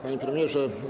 Panie Premierze!